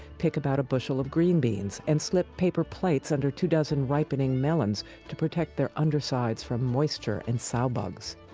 pick about a bushel of green beans, and slip paper plates under two dozen ripening melons to protect their undersides from moisture and sow bugs.